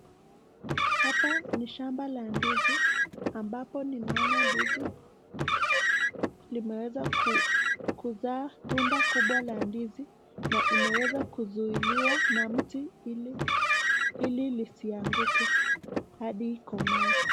Hapa ni shamba la ndizi ambapo ninaona ndizi limeweza kuzaa tunda kubwa la ndizi na imeweza kuzuiliwa na mti ili lisianguke hadi ikomae.